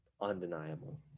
undeniable